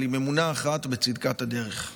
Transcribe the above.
אבל עם אמונה אחת בצדקת הדרך,